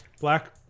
Black